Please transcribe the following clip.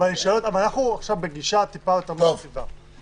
אנחנו בגישה מרחיבה יותר,